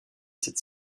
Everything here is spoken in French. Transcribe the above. cette